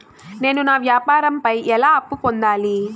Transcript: నేను నా వ్యాపారం పై ఎలా అప్పు పొందాలి?